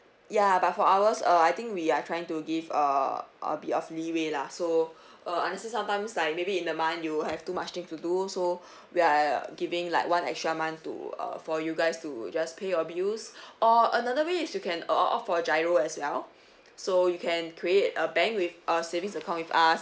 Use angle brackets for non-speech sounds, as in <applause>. ya but for ours uh I think we are trying to give uh I'll be of leeway lah so <breath> uh I understand sometimes like maybe in the mind you have too much thing to do so <breath> we are like giving like one extra month to uh for you guys to just pay your bills <breath> or another way is you can uh opt for GIRO as well <breath> so you can create a bank with a savings account with us